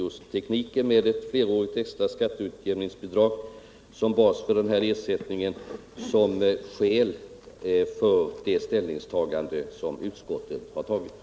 Just tekniken med flerårigt extra skatte utjämningsbidrag som bas för ersättningen har legat till grund för utskottets ställningstagande.